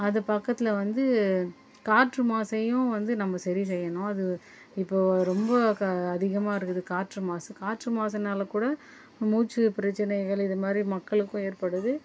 அது பக்கத்தில் வந்து காற்று மாசையும் வந்து நம்ம சரி செய்யணும் அது இப்போது ரொம்ப க அதிகமாக இருக்குது காற்று மாசு காற்று மாசுனால் கூட மூச்சு பிரச்சினைகள் இது மாதிரி மக்களுக்கும் ஏற்படுது